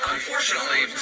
Unfortunately